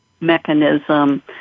mechanism